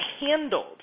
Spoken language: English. handled